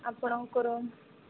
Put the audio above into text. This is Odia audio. ଆପଣଙ୍କର